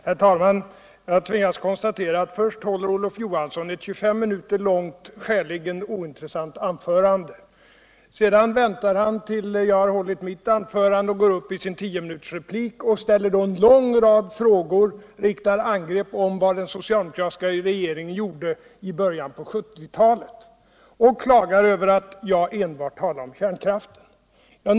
Herr talman! Jag tvingas konstatera att först håfter Olof Johansson ewt 25 minuter långt, skäligen ointressant anförande. Sedan väntar han tills jag har hållit mitt anförande och går då upp i sin tiominutersreplik och ställer en lång rad frågor, riktar angrepp mot vad den socialdemokratiska regeringen gjorde i början av 1970-talet och klagar över att jag enban talar om kärnkraften.